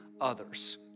others